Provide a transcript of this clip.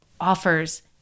offers